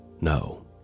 No